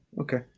Okay